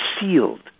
sealed